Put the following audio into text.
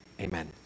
amen